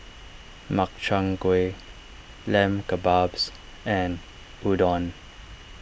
Makchang Gui Lamb Kebabs and Udon